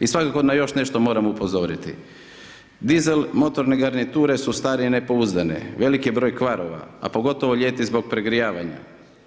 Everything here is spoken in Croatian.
I svakako na još nešto moram upozoriti, dizel motorne garniture su starije i nepouzdane, veliki je broj kvarova, a pogotovo ljeti zbog pregrijavanja,